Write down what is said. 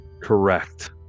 correct